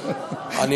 לא, אי-אפשר.